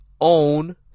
own